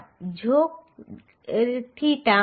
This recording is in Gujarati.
ઝોક થીટા